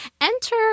enter